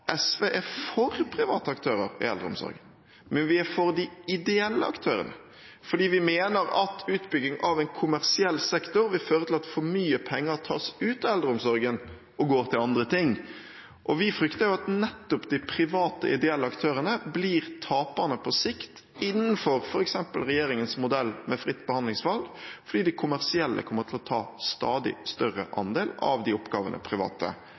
SV er for private aktører i eldreomsorgen, men vi er for de ideelle aktørene, for vi mener at utbygging av en kommersiell sektor vil føre til at for mye penger tas ut av eldreomsorgen og går til andre ting. Vi frykter at nettopp de private ideelle aktørene blir taperne på sikt innenfor f.eks. regjeringens modell med fritt behandlingsvalg, fordi de kommersielle kommer til å ta en stadig større andel av de oppgavene private